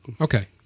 Okay